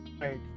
Right